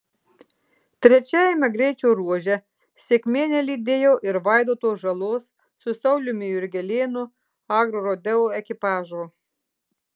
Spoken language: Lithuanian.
trečiajame greičio ruože sėkmė nelydėjo ir vaidoto žalos su sauliumi jurgelėnu agrorodeo ekipažo